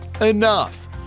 Enough